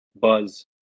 buzz